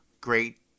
Great